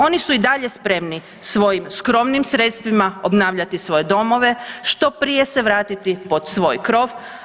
Oni su i dalje spremni svojim skromnim sredstvima obnavljati svoje domove, što prije se vratiti pod svoj krov.